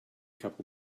couple